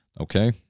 Okay